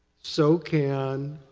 so can